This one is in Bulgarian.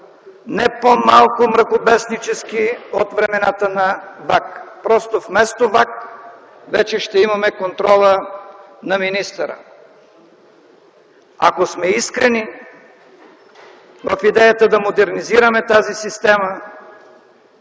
не по-малко мракобеснически от времената на ВАК. Просто вместо ВАК вече ще имаме контрола на министъра. Ако сме искрени в идеята да модернизираме тази система,